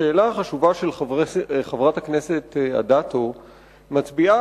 השאלה החשובה של חברת הכנסת אדטו מצביעה